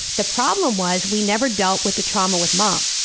the problem was, we never dealt with the trauma with mom.